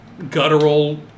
guttural